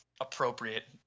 appropriate